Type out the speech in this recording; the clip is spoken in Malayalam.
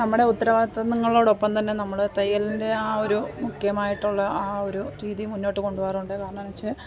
നമ്മുടെ ഉത്തരവാദിത്തങ്ങളോടോപ്പം തന്നെ നമ്മൾ തയ്യലിന്റെ ആ ഒരു മുഖ്യമായിട്ടുള്ള ആ ഒരു രീതി മുന്നോട്ട് കൊണ്ടുപോവാറുണ്ട് കാരണം എന്നുവെച്ചാൽ